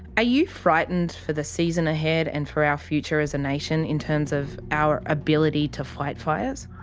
are you frightened for the season ahead and for our future as a nation in terms of our ability to fight fires?